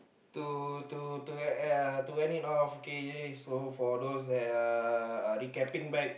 to to to uh to any of so for all those that uh recapping back